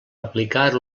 aplicar